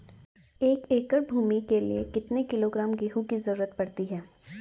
एक एकड़ भूमि के लिए कितने किलोग्राम गेहूँ की जरूरत पड़ती है?